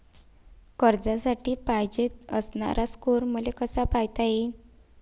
कर्जासाठी पायजेन असणारा स्कोर मले कसा पायता येईन?